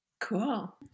Cool